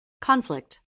Conflict